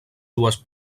dues